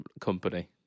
company